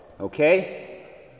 okay